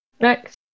next